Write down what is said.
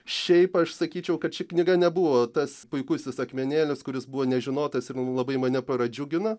šiaip aš sakyčiau kad ši knyga nebuvo tas puikusis akmenėlis kuris buvo nežinotas ir nu labai mane pradžiugino